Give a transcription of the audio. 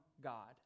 God